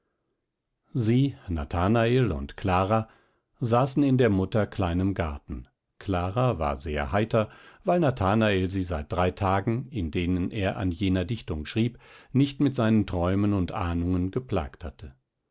sie nathanael und clara saßen in der mutter kleinem garten clara war sehr heiter weil nathanael sie seit drei tagen in denen er an jener dichtung schrieb nicht mit seinen träumen und ahnungen geplagt hatte